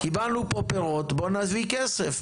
קיבלנו פה פירות בוא נביא כסף.